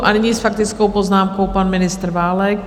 A nyní s faktickou poznámkou pan ministr Válek.